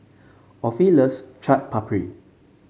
Offie loves Chaat Papri